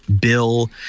Bill